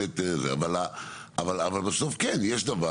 אבל בסוף, כן, יש דבר